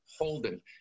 Holden